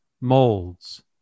molds